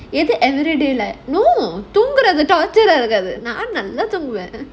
இது:idhu everyday life no தூங்குறது:thoongurathu torture ஆகாது நான்:agaathu naan daily தூங்குவேன்:thoonguvaen